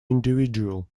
individual